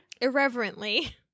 irreverently